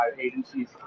agencies